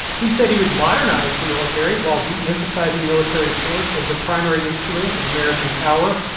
he said he would modernize the military while deemphasizing military force as the primary instrument of american power,